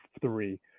three